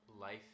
life